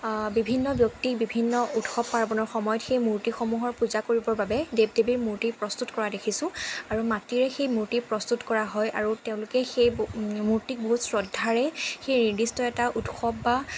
বিভিন্ন ব্যক্তিৰ বিভিন্ন উৎসৱ পাৰ্বণৰ সময়ত সেই মূৰ্তিসমূহৰ পূজা কৰিবৰ বাবে দেৱ দেৱীৰ মূৰ্তি প্ৰস্তুত কৰা দেখিছোঁ আৰু মাটিৰে সেই মূৰ্তি প্ৰস্তুত কৰা হয় আৰু তেওঁলোকে সেই মূৰ্তিক বহুত শ্ৰদ্ধাৰে সেই নিৰ্দিষ্ট এটা উৎসৱ বা